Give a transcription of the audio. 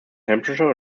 temperature